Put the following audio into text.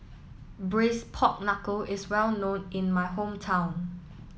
Braised Pork Knuckle is well known in my hometown